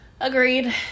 Agreed